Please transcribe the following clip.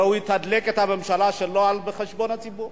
הרי הוא יתדלק את הממשלה שלו על חשבון הציבור.